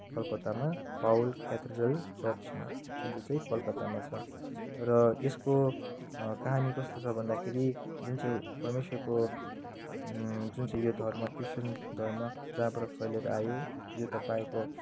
कलकत्तामा Paul cathedral चर्चमा जुन चाहिँ चाहिँ कलकत्तामा छ र यसको कहानी कस्तो छ भन्दाखेरि जुन चाहिँ परमेश्वरको जुन चाहिँ यो धर्म क्रिश्चियन धर्म जहाँबाट फैलिएर आयो यो तपाईँको